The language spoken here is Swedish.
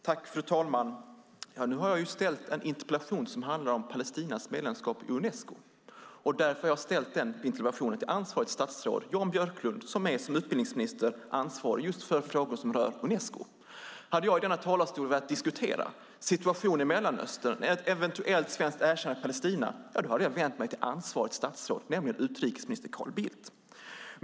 Fru talman! Jag har ställt en interpellation som handlar om Palestinas medlemskap i Unesco. Jag har riktat interpellationen till ansvarigt statsråd Jan Björklund, som är som utbildningsminister ansvarig just för frågor som rör Unesco. Om jag i denna talarstal hade velat diskutera situationen i Mellanöstern, ett eventuellt svenskt erkännande av Palestina, hade jag vänt mig till ansvarigt statsråd, nämligen utrikesminister Carl Bildt.